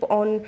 on